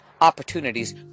Opportunities